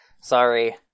sorry